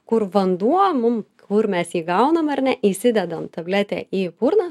kur vanduo mum kur mes jį gaunam ar ne įsidedam tabletę į burną